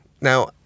Now